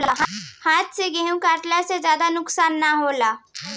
हाथ से गेंहू कटला से ज्यादा नुकसान ना होला